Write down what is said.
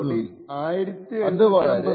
അത് വളരെ കൃത്യമാകേണ്ടതില്ല